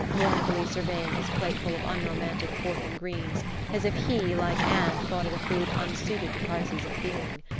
mournfully surveying his plateful of unromantic pork and greens as if he, like anne, thought it a food unsuited to crises of feeling,